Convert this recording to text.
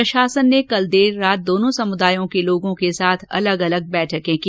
प्रशासन ने कल देर रात दोनों समुदाय के लोगों के साथ अलग अलग बैठके की